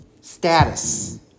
status